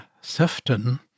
Sefton